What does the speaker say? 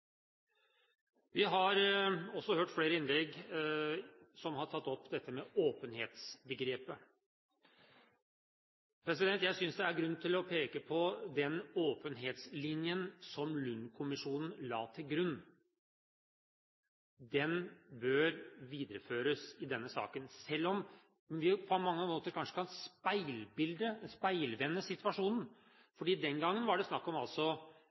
Vi har også hørt flere innlegg der man har tatt opp åpenhetsbegrepet. Jeg synes det er grunn til å peke på den åpenhetslinjen som Lund-kommisjonen la til grunn. Den bør videreføres i denne saken, selv om vi på mange måter kanskje kan speilvende situasjonen. For den gangen var det snakk om